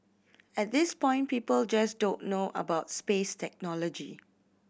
at this point people just don't know about space technology